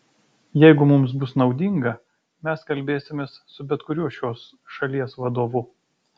jeigu mums bus naudinga mes kalbėsimės su bet kuriuo šios šalies vadovu